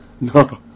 No